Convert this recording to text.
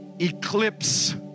eclipse